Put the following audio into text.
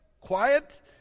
Quiet